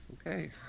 Okay